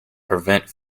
prevent